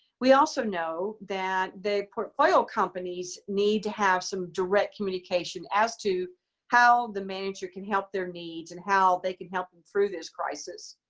we also know that the portfolio companies need to have some direct communication as to how the manager can help their needs and how they can help them through this crisis.